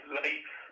life